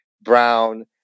brown